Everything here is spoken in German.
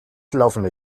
laufende